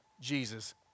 Jesus